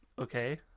Okay